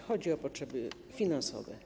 Chodzi o potrzeby finansowe.